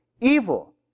evil